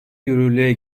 yürürlüğe